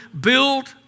build